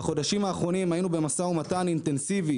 בחודשים האחרונים היינו במשא ומתן אינטנסיבי